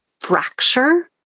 fracture